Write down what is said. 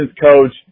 coach